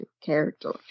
character